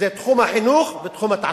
תחום החינוך ותחום התעסוקה.